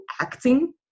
acting